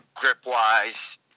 grip-wise